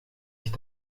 ich